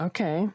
Okay